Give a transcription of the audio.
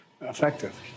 effective